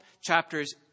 chapters